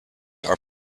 are